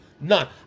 None